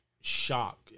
shock